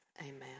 Amen